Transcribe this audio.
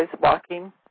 walking